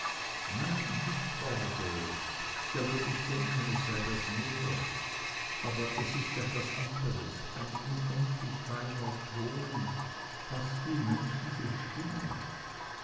nein nicht orgel da würd ich denken es sei das meer aber es ist etwas anderes ein unendlich feiner ton fast wie menschliche stimme